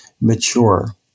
mature